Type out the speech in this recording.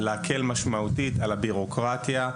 שההקלה המשמעותית בבירוקרטיה,